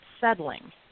settling